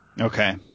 Okay